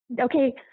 Okay